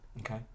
okay